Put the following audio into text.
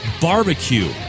Barbecue